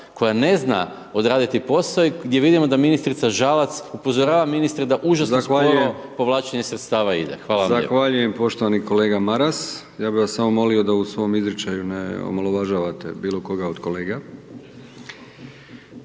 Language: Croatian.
koja ne zna odraditi posao i gdje vidimo da ministrica Žalac upozorava ministre da užasno sporo povlačenje sredstava ide. Hvala vam lijepo. **Brkić, Milijan (HDZ)** Zahvaljujem poštovani kolega Maras. Ja bi samo molio da u svom izričaju ne omalovažavate bilo koga od kolega.